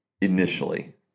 initially